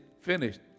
finished